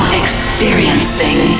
experiencing